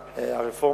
הראשונה: הרפורמה,